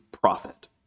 profit